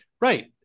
right